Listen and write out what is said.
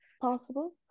possible